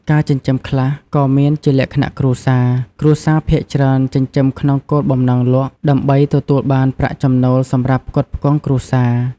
ការចិញ្ចឹមខ្លះក៏មានជាលក្ខណៈគ្រួសារ គ្រួសារភាគច្រើនចិញ្ចឹមក្នុងគោលបំណងលក់ ដើម្បីទទួលបានប្រាក់ចំណូលសម្រាប់ផ្គត់ផ្គង់គ្រួសារ។